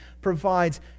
provides